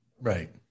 Right